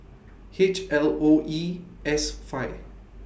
H L O E S five